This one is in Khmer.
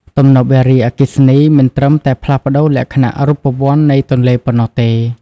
ទំនប់វារីអគ្គិសនីមិនត្រឹមតែផ្លាស់ប្តូរលក្ខណៈរូបវន្តនៃទន្លេប៉ុណ្ណោះទេ។